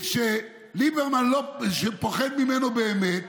שליברמן פוחד ממנו באמת